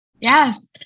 Yes